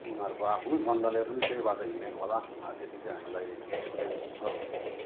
उनीहरूको आफ्नै गन्धले पनि त्यही बाटो हिँडेको होला त्यति चाहिँ हामीलाई एक्सपिरियन्स छ